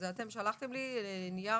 אתם שלחתם לי נייר